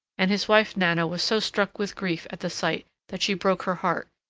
and his wife nanna was so struck with grief at the sight that she broke her heart,